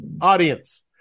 Audience